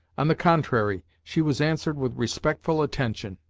on the contrary, she was answered with respectful attention.